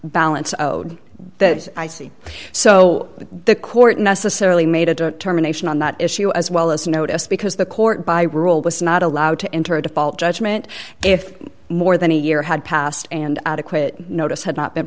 balance that i see so the court necessarily made a determination on that issue as well as notice because the court by rule was not allowed to enter a default judgment if more than a year had passed and adequate notice had not been